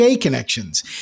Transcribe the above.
Connections